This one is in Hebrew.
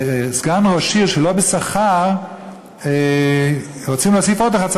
סגן ראש עיר שלא בשכר ורוצים להוסיף עוד אחד,